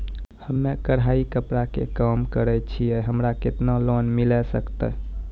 हम्मे कढ़ाई कपड़ा के काम करे छियै, हमरा केतना लोन मिले सकते?